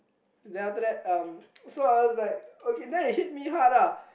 then after that um so I was like then it hit me hard ah